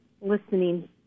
listening